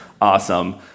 Awesome